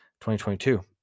2022